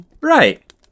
Right